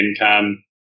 income